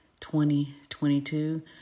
2022